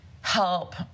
help